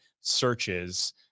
searches